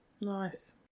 nice